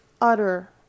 utter